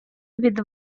від